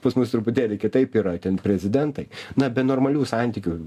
pas mus truputėlį kitaip yra ten prezidentai na be normalių santykių